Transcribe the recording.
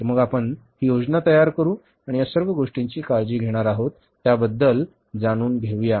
तर मग आपण हि योजना तयार करू आणि या सर्व गोष्टींची कशी काळजी घेणार आहोत त्याबद्दल जाणून घेऊया